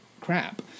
crap